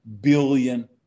billion